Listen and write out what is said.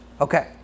okay